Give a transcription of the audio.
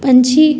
ਪੰਛੀ